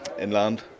inland